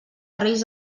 reis